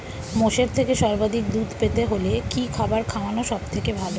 মোষের থেকে সর্বাধিক দুধ পেতে হলে কি খাবার খাওয়ানো সবথেকে ভালো?